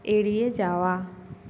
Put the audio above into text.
এড়িয়ে যাওয়া